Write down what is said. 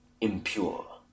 Impure